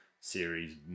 series